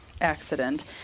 accident